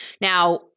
Now